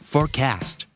Forecast